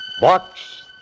Box